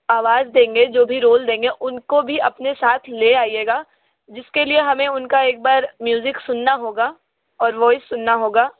आवाज़ देंगे जो भी रोल देंगे उनको भी अपने साथ ले आइएगा जिसके लिए हमें उन का एक बार म्यूज़िक सुनना होगा और वॉइस सुनना होगा